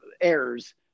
errors